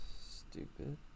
stupid